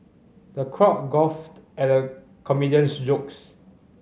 the crowd guffawed at the comedian's jokes